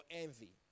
envy